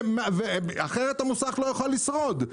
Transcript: אבל אחרת המוסך לא יכול לשרוד.